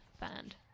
band